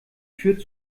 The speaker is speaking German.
führt